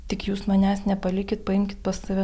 tik jūs manęs nepalikit paimkit pas save